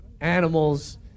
animals